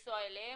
להיכנס אליהם.